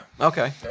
okay